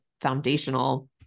foundational